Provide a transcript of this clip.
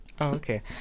okay